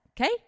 okay